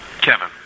Kevin